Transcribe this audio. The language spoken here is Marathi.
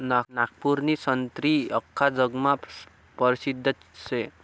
नागपूरनी संत्री आख्खा जगमा परसिद्ध शे